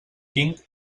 king